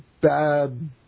bad